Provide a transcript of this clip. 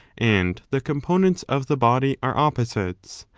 and the components of the body are opposites.